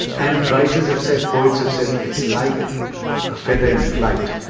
and writers have said, poets have said, it's like a feather in flight.